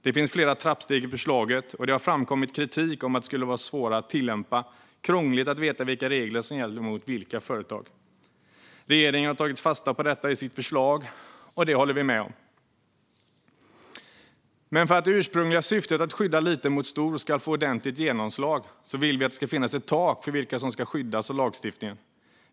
Det finns flera trappsteg i förslaget, och det har kommit kritik mot att det skulle vara svårt att tillämpa och att det är krångligt att veta vilka regler som gäller gentemot vilket företag. Regeringen har tagit fasta på det i sitt förslag, och vi håller med. För att det ursprungliga syftet att skydda liten mot stor ska få ordentligt genomslag vill vi att det ska finnas ett tak för vilka som ska skyddas av lagstiftningen.